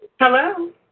Hello